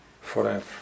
forever